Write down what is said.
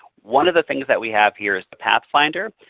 one of the things that we have here is the pathfinder.